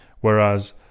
whereas